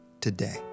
today